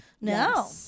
No